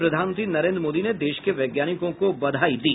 प्रधानमंत्री नरेन्द्र मोदी ने देश के वैज्ञानिकों को बधाई दी